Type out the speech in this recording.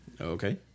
Okay